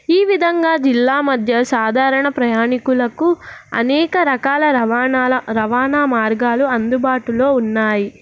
ఈ విధంగా జిల్లా మధ్య సాధారణ ప్రయాణికులకు అనేక రకాల రవాణాల రవాణా మార్గాలు అందుబాటులో ఉన్నాయి